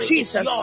Jesus